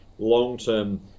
long-term